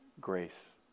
grace